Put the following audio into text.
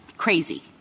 crazy